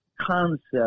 concept